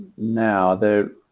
now there